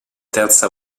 terza